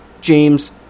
James